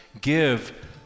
give